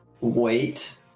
wait